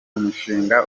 umushinga